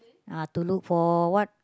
uh to look for what